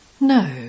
No